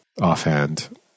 offhand